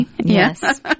Yes